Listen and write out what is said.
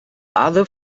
other